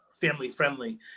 family-friendly